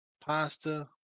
Pasta